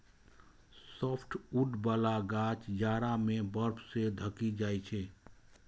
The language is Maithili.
सॉफ्टवुड बला गाछ जाड़ा मे बर्फ सं ढकि जाइ छै